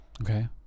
Okay